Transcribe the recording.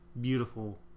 beautiful